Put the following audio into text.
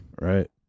Right